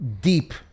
deep